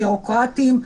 ביורוקרטיים,